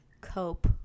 cope